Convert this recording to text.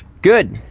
good.